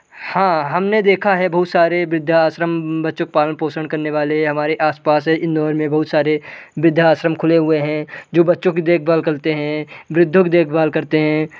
हाँ हमने देखा है बहुत सारे वृद्धा आश्रम बच्चों के पालन पोषण करने वाले हमारे आस पास इंदौर में बहुत सारे वृद्धा आश्रम खुले हुए हैं जो बच्चो की देखभाल करते हैं वृद्धों की देखभाल करते हैं